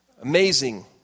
Amazing